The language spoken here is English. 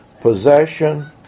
possession